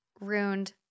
ruined